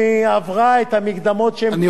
אני רוצה לומר לך חד-משמעית,